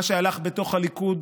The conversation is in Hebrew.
מה שהלך בתוך הליכוד